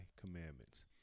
commandments